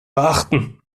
beachten